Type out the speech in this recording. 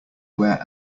wear